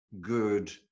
good